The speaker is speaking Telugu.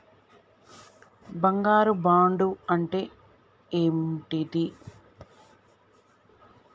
బంగారు బాండు అంటే ఏంటిది?